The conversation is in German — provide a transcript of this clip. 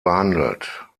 behandelt